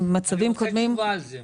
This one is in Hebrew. אני רוצה תשובה על זה.